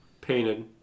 painted